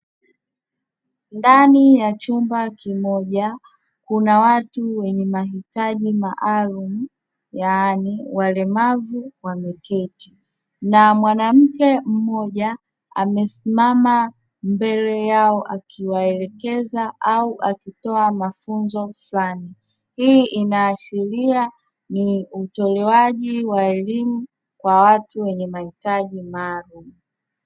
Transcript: Ndani ya chumba kimoja kuna watu wenye mahitaji maalumu yaani walemavu wameketi na mwanamke mmoja amesimama mbele yao akiwaelekeza au akitoa mafunzo flani hii inaashiria ni utolewaji wa elimu kwa watu wenye mahitaji maalumu.